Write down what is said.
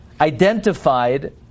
identified